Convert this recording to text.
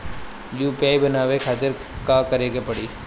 UPI बनावे के खातिर का करे के पड़ी?